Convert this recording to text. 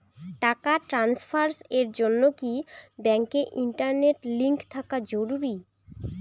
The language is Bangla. টাকা ট্রানস্ফারস এর জন্য কি ব্যাংকে ইন্টারনেট লিংঙ্ক থাকা জরুরি?